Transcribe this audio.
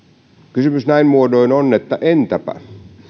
kysymys näin muodoin on että entäpä